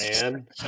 man